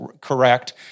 correct